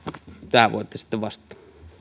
tähän voitte sitten vastata